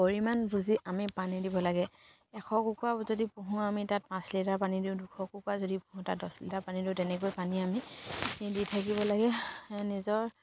পৰিমাণ বুজি আমি পানী দিব লাগে এশ কুকুৰা যদি পোহোঁ আমি তাত পাঁচ লিটাৰ পানী দিওঁ দুশ কুকুৰা যদি পুহো তাত দছ লিটাৰ পানী দিওঁ তেনেকৈ পানী আমি দি থাকিব লাগে নিজৰ